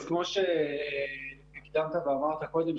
כמו שהקדמת ואמרת מקודם,